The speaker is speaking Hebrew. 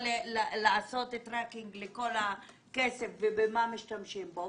לעשות tracking לכל הכסף ובמה משתמשים בו,